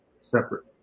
separate